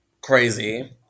crazy